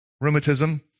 rheumatism